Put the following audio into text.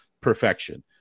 perfection